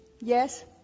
yes